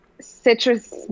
Citrus